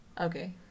okay